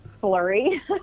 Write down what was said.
flurry